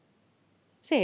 se